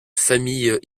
famille